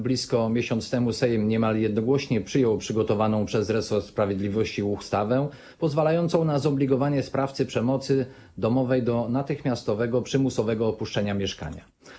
Blisko miesiąc temu Sejm niemal jednogłośnie przyjął przygotowaną przez resort sprawiedliwości ustawę pozwalającą na zobligowanie sprawcy przemocy domowej do natychmiastowego, przymusowego opuszczenia mieszkania.